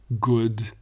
good